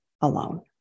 alone